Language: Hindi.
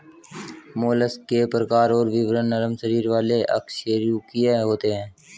मोलस्क के प्रकार और विवरण नरम शरीर वाले अकशेरूकीय होते हैं